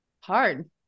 hard